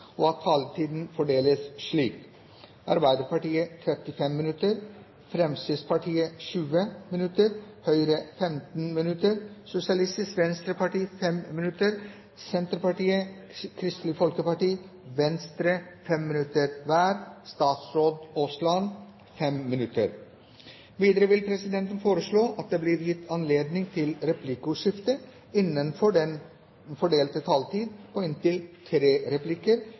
og at taletiden fordeles slik: Arbeiderpartiet 35 minutter, Fremskrittspartiet 20 minutter, Høyre 15 minutter, Sosialistisk Venstreparti 5 minutter, Senterpartiet 5 minutter, Kristelig Folkeparti 5 minutter, Venstre 5 minutter og statsråd Rigmor Aasrud 5 minutter. Videre vil presidenten foreslå at det blir gitt anledning til replikkordskifte på inntil tre replikker